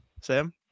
Sam